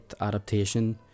adaptation